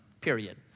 period